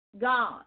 God